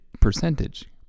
percentage